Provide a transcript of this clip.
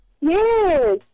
Yes